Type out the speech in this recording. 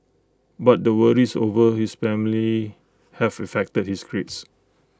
but the worries over his family have affected his grades